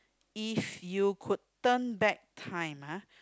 if you could turn back time ah